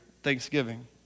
Thanksgiving